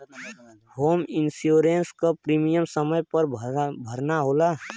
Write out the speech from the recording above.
home insurance क premium समय पर भरना होला